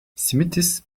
simitis